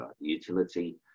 utility